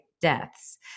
deaths